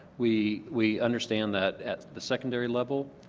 we we understand that at the secondary level,